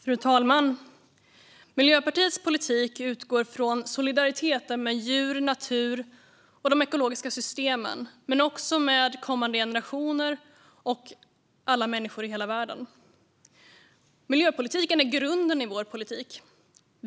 Fru talman! Miljöpartiets politik utgår från solidariteten med djur, natur och de ekologiska systemen men också med kommande generationer och alla människor i hela världen. Miljöpolitiken är grunden i vår politik.